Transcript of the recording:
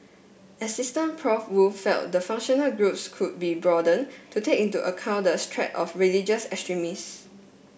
asst Prof Woo felt the functional groups could be broadened to take into account the threat of religious